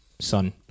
son